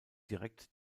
direkt